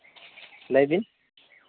ᱞᱟᱹᱭ ᱵᱤᱱ